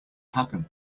happen